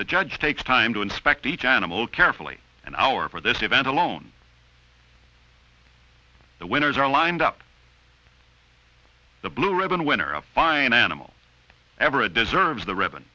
the judge takes time to inspect each animal carefully and hour for this event alone the winners are lined up the blue ribbon winner of fine animal ever it deserves the r